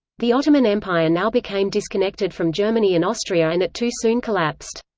the ottoman empire now became disconnected from germany and austria and it too soon collapsed.